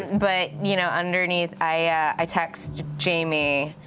but you know, underneath, i text jamie,